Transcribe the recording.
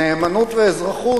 נאמנות ואזרחות.